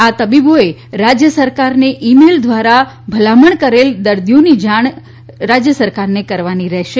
આ તબીબોએ રાજ્ય સરકારને ઈ મેઈલ દ્વારા ભલામણ કરેલ દર્દીઓની જાણ રાજ્ય સરકારને કરવાની રહેશે